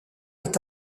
est